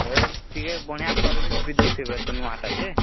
ହ ଏ ଟିକେ ବଢ଼ିଆ ସର୍ଭିସ୍ ବି ଦଉଥିବେ ତ ନୂଆ ଟା ଯେ